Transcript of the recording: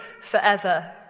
forever